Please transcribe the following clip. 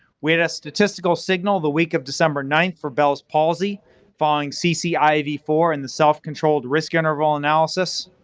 we had a statistical signal the week of december ninth for bell's palsy following c c i v four in the self-controlled risk interval analysis.